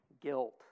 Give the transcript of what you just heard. guilt